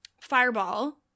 fireball